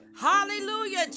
hallelujah